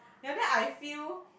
yea then I feel